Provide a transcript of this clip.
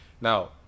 Now